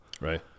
right